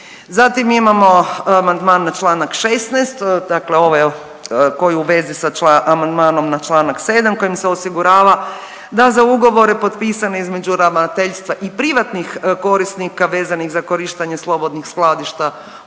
Zatim imamo amandman na čl. 16., dakle ovaj koji je u vezi sa amandmanom na čl. 7. kojim se osigurava da za ugovore potpisane između ravnateljstva i privatnih korisnika vezanih za korištenje slobodnih skladišta u